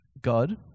God